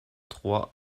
trois